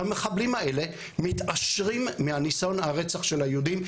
שהמחבלים האלה מתעשרים מהניסיון הרצח של היהודים,